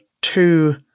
two